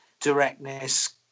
directness